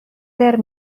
their